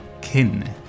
kin